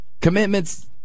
commitments